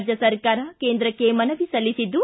ರಾಜ್ಯ ಸರ್ಕಾರ ಕೇಂದ್ರಕ್ಕೆ ಮನವಿ ಸಲ್ಲಿಸಿದ್ದು